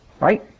right